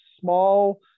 small